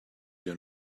you